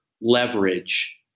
leverage